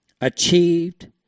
Achieved